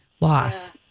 loss